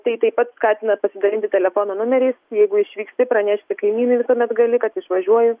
tai taip pat skatina pasidalinti telefono numeriais jeigu išvyksti pranešti kaimynui visuomet gali kad išvažiuoji